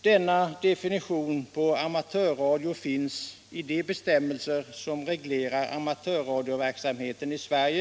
Denna definition på amatörradioverksamhet finns i de bestämmelser som reglerar amatörradioverksamheten i Sverige.